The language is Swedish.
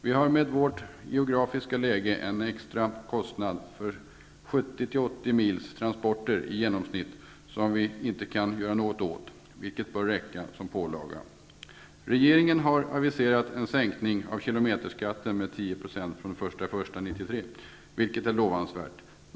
Vi har med vårt geografiska läge en extra kostnad för 70--80 mils transporter i genomsnitt som vi inte kan göra någonting åt, vilket bör räcka som pålaga. Regeringen har aviserat en sänkning av kilometerskatten med 10 % från den 1 januari 1993, vilket är lovansvärt.